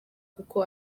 kuko